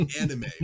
anime